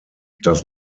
does